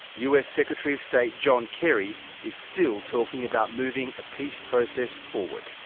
us secretary of state john kerry is still talking about moving a peace process forward.